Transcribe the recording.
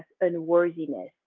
unworthiness